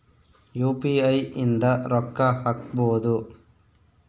UPI ಇಂದ ರೊಕ್ಕ ಹಕ್ಬೋದು